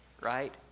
right